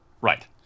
right